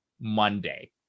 Monday